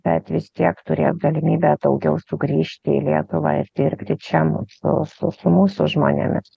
bet vis tiek turės galimybę daugiau sugrįžti į lietuvą ir dirbti čia mum su su su mūsų žmonėmis